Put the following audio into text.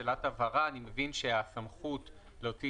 שאלת הבהרה אני מבין שהסמכות להוציא